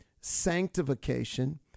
sanctification